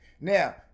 Now